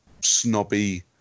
snobby